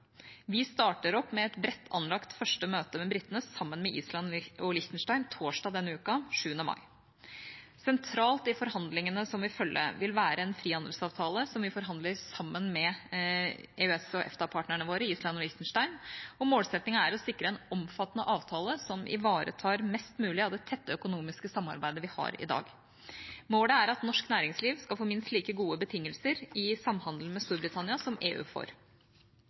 Vi starter opp med et bredt anlagt første møte med britene sammen med Island og Liechtenstein torsdag denne uken, 7. mai. Sentralt i forhandlingene som vil følge, vil være en frihandelsavtale som vi forhandler sammen med våre EØS/EFTA-partnere, Island og Liechtenstein. Målsettingen er å sikre en omfattende avtale som ivaretar mest mulig av det tette økonomiske samarbeidet vi har i dag. Målet er at norsk næringsliv skal få minst like gode betingelser i samhandelen med Storbritannia som EU får.